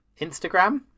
Instagram